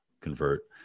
convert